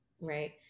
right